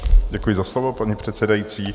Děkuji za slovo, paní předsedající.